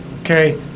Okay